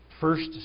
first